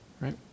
Right